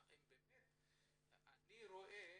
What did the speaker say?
אני רואה